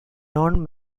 non